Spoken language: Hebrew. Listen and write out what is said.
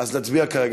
נצביע כרגע.